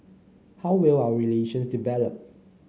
how will our relations develop